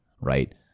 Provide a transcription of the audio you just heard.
right